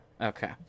Okay